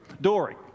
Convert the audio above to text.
Dory